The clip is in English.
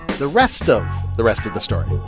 the rest of the rest of the story.